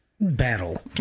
battle